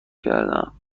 کردم